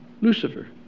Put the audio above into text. Lucifer